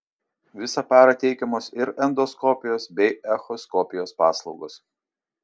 visą parą teikiamos ir endoskopijos bei echoskopijos paslaugos